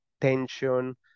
tension